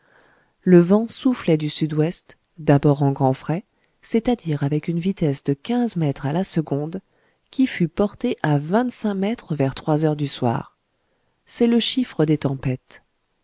le vent soufflait du sud-ouest d'abord en grand frais c'est-à-dire avec une vitesse de quinze mètres à la seconde qui fut portée à vingt-cinq mètres vers trois heures du soir c'est le chiffre des tempêtes